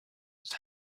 was